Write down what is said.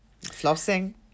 flossing